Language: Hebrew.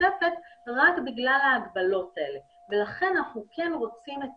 נוספת רק בגלל ההגבלות האלה ולכן אנחנו כן רוצים את